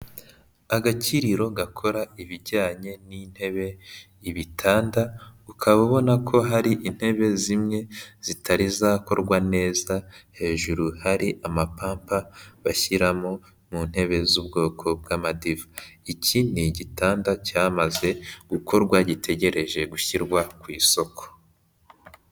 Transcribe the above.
Agakiriro gakora ibijyanye n'intebe, ibitanda, ukaba ubona ko hari intebe zimye zitari zakorwa neza hejuru hari amapampa bashyiramo mu ntebe z'ubwoko bw'amadiva, iki ni igitanda cyamaze gukorwa gitegereje gushyirwa ku isoko.